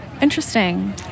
Interesting